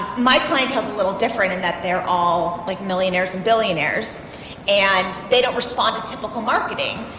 my clientele is a little different in that they're all like millionaires and billionaires and they don't respond to typical marketing.